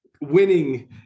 winning